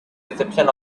reception